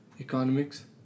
Economics